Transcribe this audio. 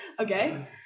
Okay